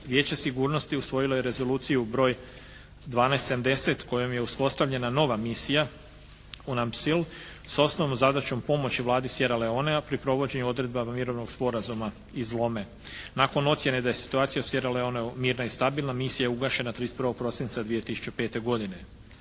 Vijeće sigurnosti usvojilo je rezoluciju broj 1270 kojom je uspostavljena nova misija UNPSIL s osnovnom zadaćom pomoći Vladi Sjeraleonea pri provođenju odredbama mirovnog sporazuma iz Lome. Nakon ocjene da je situacija u Sjeraleoneju mirna i stabilna, misija je ugašena 31. prosinca 2005. godine.